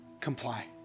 comply